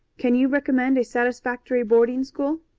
can you recommend a satisfactory boarding school?